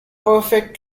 perfect